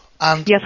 Yes